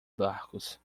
barcos